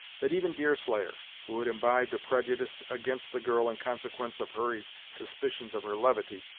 that even deerslayer, who had imbibed a prejudice against the girl in consequence of hurry's suspicions of her levity,